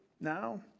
now